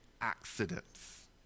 accidents